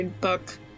book